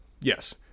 Yes